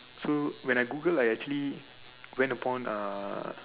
so when I Google I actually went upon uh